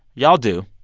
y'all do.